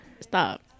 Stop